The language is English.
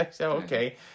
Okay